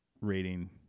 rating